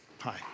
Hi